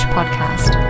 Podcast